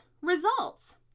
results